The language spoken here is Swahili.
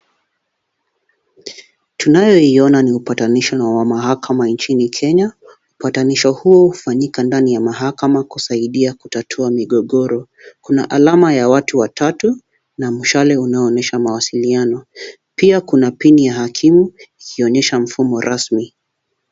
Tunayoiona ni upatanisho na wa mahakama nchini Kenya, upatanisho huu hufanyika ndani ya mahakama kusaidia kutatua migogoro, kuna alama ya watu watatu na mshale unaoonyesha mawasiliano, pia kuna pini ya hakimu ikionyesha mfumo rasmi.